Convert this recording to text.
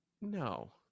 No